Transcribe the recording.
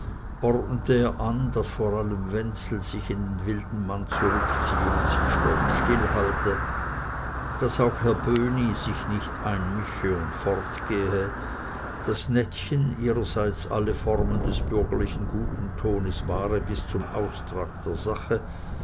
an daß vor allem wenzel sich in den wilden mann zurückziehe und sich dort stillhalte daß auch herr böhni sich nicht einmische und fortgehe daß nettchen ihrerseits alle formen des bürgerlichen guten tones wahre bis zum austrag der sache